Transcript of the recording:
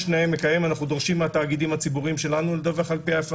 נאה מקיים אנחנו דורשים מהתאגידים הציבוריים שלנו לדווח לפיהם,